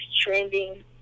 trending